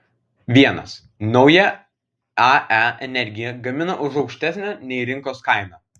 vienas nauja ae energiją gamina už aukštesnę nei rinkos kaina